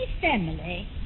family